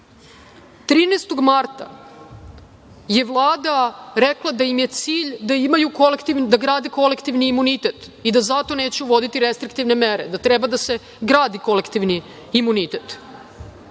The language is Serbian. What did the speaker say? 13. je Vlada rekla da im je cilj da grade kolektivni imunitet i da zato neće uvoditi restriktivne mere, da treba da se gradi kolektivni imunitet.